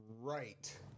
right